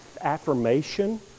affirmation